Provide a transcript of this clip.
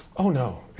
oh, no.